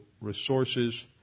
resources